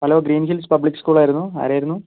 green hills public school ആയിരുന്നു ആരായിരുന്നു